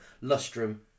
Lustrum